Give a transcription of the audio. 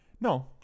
No